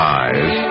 eyes